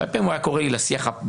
הרבה פעמים הוא היה קורא לי לשיח בפרטי